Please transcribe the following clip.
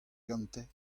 gante